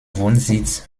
wohnsitz